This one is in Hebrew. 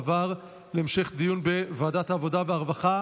לוועדת העבודה והרווחה